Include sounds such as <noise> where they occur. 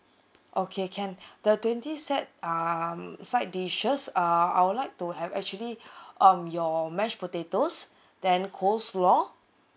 okay can the twenty sets um side dishes uh I would like to have actually <breath> um your mashed potatoes then coleslaw